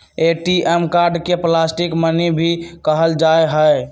ATM card के plastic money भी कहल जाहई